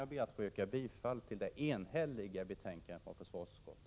Jag ber att få yrka bifall till hemställan i det enhälliga betänkandet från försvarsutskottet.